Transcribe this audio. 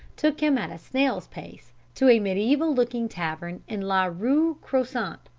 took him at a snail's pace to a mediaeval-looking tavern in la rue croissante.